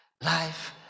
life